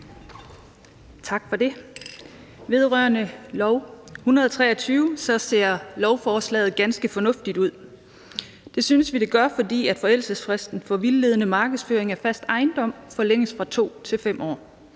Tak for det. Lovforslag nr. L 123 ser ganske fornuftigt ud. Det synes vi det gør, fordi forældelsesfristen for vildledende markedsføring af fast ejendom forlænges fra 2 til 5 år.